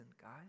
guys